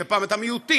ופעם את המיעוטים,